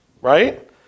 Right